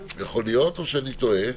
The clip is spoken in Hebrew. יכול להיות או שאני טועה?